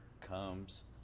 comes